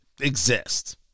exist